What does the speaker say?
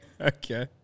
Okay